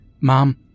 mom